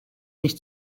nicht